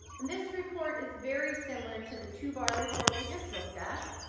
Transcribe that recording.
and this report is very similar to the two-bar report we just looked at,